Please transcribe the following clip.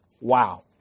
Wow